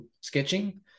sketching